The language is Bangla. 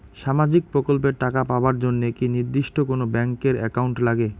সামাজিক প্রকল্পের টাকা পাবার জন্যে কি নির্দিষ্ট কোনো ব্যাংক এর একাউন্ট লাগে?